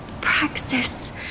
praxis